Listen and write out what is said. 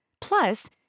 Plus